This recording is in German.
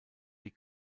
die